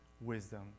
wisdom